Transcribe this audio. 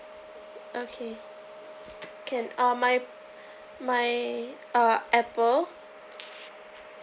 okay can uh my my uh apple